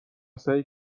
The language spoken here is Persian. سعی